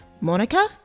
Monica